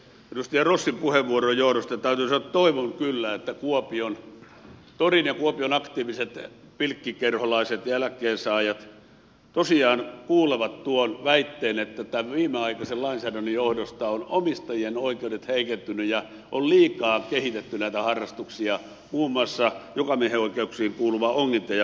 edustaja rossin puheenvuoron johdosta täytyy sanoa että toivon kyllä että kuopion torin ihmiset ja kuopion aktiiviset pilkkikerholaiset ja eläkkeensaajat tosiaan kuulevat tuon väitteen että tämän viimeaikaisen lainsäädännön johdosta ovat omistajien oikeudet heikentyneet ja on liikaa kehitetty näitä harrastuksia muun muassa jokamiehenoikeuksiin kuuluvaa ongintaa ja pilkintää